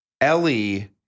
Ellie